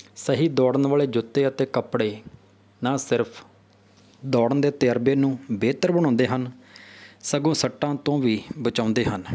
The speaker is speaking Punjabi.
ਸਹੀ ਦੌੜਨ ਵਾਲੇ ਜੁੱਤੇ ਅਤੇ ਕੱਪੜੇ ਨਾ ਸਿਰਫ ਦੌੜਨ ਦੇ ਤਜ਼ਰਬੇ ਨੂੰ ਬਿਹਤਰ ਬਣਾਉਂਦੇ ਹਨ ਸਗੋਂ ਸੱਟਾਂ ਤੋਂ ਵੀ ਬਚਾਉਂਦੇ ਹਨ